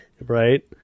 Right